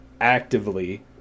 actively